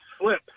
slip